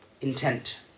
intent